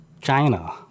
China